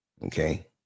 Okay